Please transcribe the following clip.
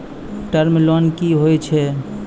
Term loan कि होय छै?